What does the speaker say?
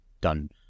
done